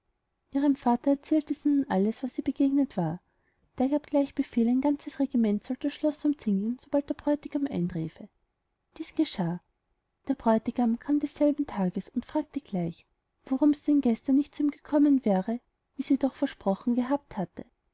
ihrem vater erzählte sie nun alles was ihr begegnet war der gab gleich befehl ein ganzes regiment sollte das schloß umzingeln sobald der bräutigam einträfe dieses geschah der bräutigam kam desselben tags und fragte gleich warum sie denn gestern nicht zu ihm gekommen wäre wie sie doch versprochen gehabt hatte